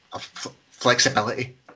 flexibility